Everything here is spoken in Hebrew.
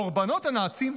קורבנות הנאצים,